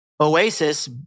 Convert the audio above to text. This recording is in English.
Oasis